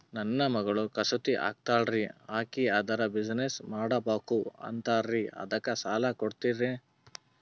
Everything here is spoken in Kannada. ನನ್ನ ಮಗಳು ಕಸೂತಿ ಹಾಕ್ತಾಲ್ರಿ, ಅಕಿ ಅದರ ಬಿಸಿನೆಸ್ ಮಾಡಬಕು ಅಂತರಿ ಅದಕ್ಕ ಸಾಲ ಕೊಡ್ತೀರ್ರಿ?